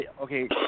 Okay